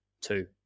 two